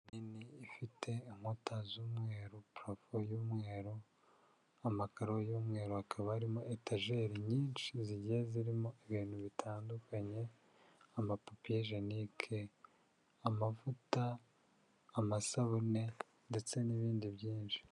Inzu nini ifite inkuta z'umweru, purafo y'umweru, amakaro y'umweru, hakaba arimo etajeri nyinshi zigiye zirimo ibintu bitandukanye, amapapiye jenike, amavuta, amasabune ndetse n'ibindi byinshi.